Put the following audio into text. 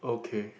okay